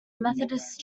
methodist